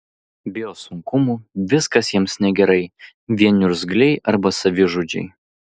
bijo sunkumų viskas jiems negerai vien niurzgliai arba savižudžiai